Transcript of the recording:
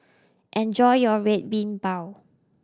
enjoy your Red Bean Bao